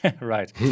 Right